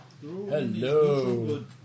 Hello